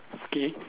mm